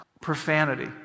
profanity